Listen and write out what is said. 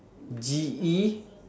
G E